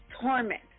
torment